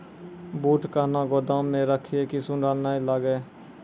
बूट कहना गोदाम मे रखिए की सुंडा नए लागे?